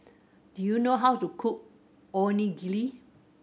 do you know how to cook Onigiri